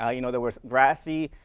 ah you know the words, grassy,